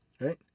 Right